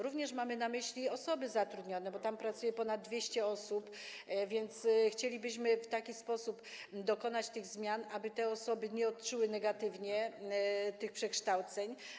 Również mamy na myśli osoby zatrudnione, bo tam pracuje ponad 200 osób, więc chcielibyśmy w taki sposób dokonać tych zmian, aby te osoby nie odczuły negatywnie tych przekształceń.